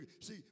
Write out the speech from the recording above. see